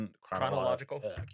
chronological